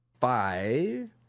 five